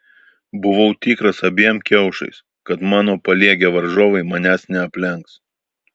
buvau tikras abiem kiaušais kad mano paliegę varžovai manęs neaplenks